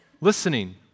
listening